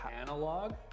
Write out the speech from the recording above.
analog